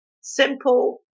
simple